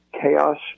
Chaos